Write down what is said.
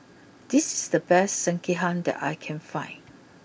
this is the best Sekihan that I can find